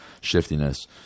shiftiness